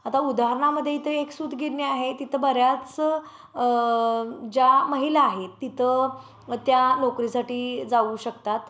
आता उदाहरणामध्ये इथं एक सुूत गिरणी आहे तिथं बऱ्याच ज्या महिला आहेत तिथं त्या नोकरीसाठी जाऊ शकतात